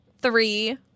three